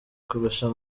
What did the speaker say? kurusha